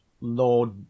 Lord